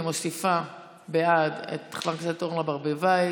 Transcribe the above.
אני מוסיפה בעד את חברת הכנסת אורנה ברביבאי,